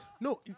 no